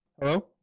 Hello